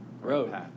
road